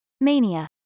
mania